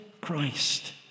Christ